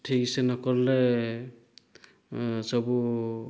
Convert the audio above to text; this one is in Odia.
ଠିକ୍ସେ ନକଲେ ସବୁ